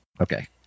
Okay